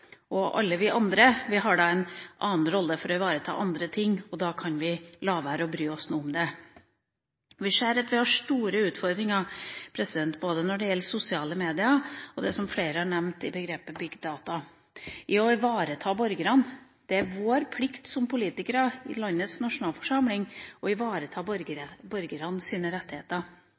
Alle vi andre har en annen rolle for å ivareta andre ting, og da kan vi la være å bry oss om det. Vi ser at vi har store utfordringer både når det gjelder sosiale medier, og det som flere har nevnt med begrepet «Big data». Når det gjelder det å ivareta borgerne, er det vår plikt som politikere i landets nasjonalforsamling å ivareta